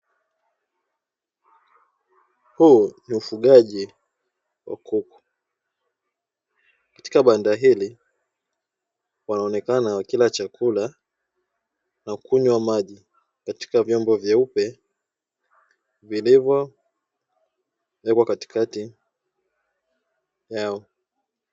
Huu ni ufugaji wa kuku. Katika banda hili wanaonekana wakila chakula na kunywa maji katika vyombo vyeupe vilivyowekwa katikati yao.